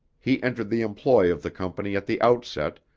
he entered the employ of the company at the outset,